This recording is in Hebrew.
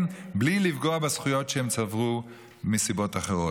לא לפגוע בזכויות שהם צברו מסיבות אחרות.